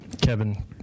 Kevin